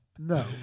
No